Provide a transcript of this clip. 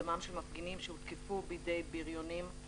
דמם של מפגינים שהותקפו בידי בריונים.